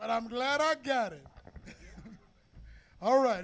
but i'm glad i got it all right